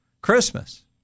Christmas